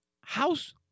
House